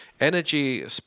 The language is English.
energy